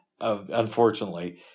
Unfortunately